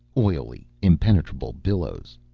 oily, impenetrable billows.